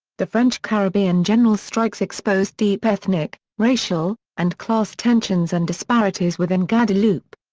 the french caribbean general strikes exposed deep ethnic, racial, and class tensions and disparities within guadeloupe.